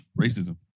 Racism